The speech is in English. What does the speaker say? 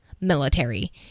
military